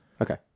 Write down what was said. Okay